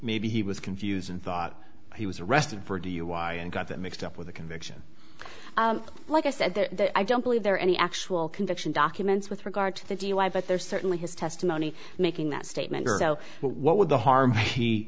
maybe he was confused and thought he was arrested for dui and got that mixed up with a conviction like i said that i don't believe there are any actual conviction documents with regard to the dui but there's certainly his testimony making that statement so what would the harm he